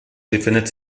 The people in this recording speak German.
befindet